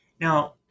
Now